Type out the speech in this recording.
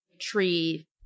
tree